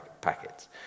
packets